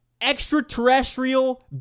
extraterrestrial